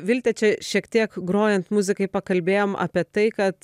vilte čia šiek tiek grojant muzikai pakalbėjom apie tai kad